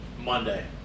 Monday